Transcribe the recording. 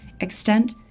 extent